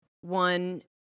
one